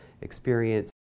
experience